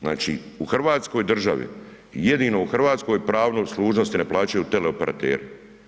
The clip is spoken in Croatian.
Znači, u Hrvatskoj državi jedino u Hrvatskoj pravo služnosti ne plaćaju teleoperateri.